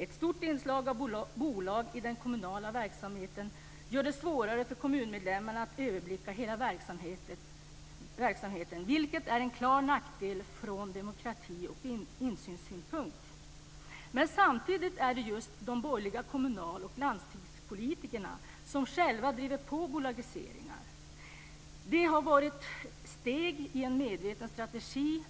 - ett stort inslag av bolag i den kommunala verksamheten gör det svårare för kommunmedlemmarna att överblicka hela verksamheten, vilket är en klar nackdel från demokratioch insynssynpunkt." Men samtidigt är det just de borgerliga kommunal och landstingspolitikerna som själva driver på bolagiseringar. De har varit steg i en medveten strategi